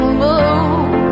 move